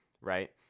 right